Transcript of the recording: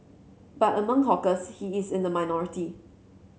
but among hawkers he is in the minority